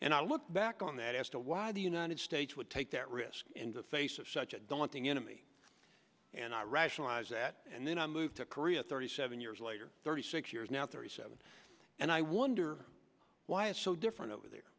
and i look back on that as to why the united states would take that risk in the face of such a daunting enemy and i rationalize that and then i moved to korea thirty seven years later thirty six years now thirty seven and i wonder why it's so different over there